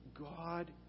God